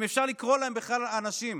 אם אפשר לקרוא להם בכלל אנשים?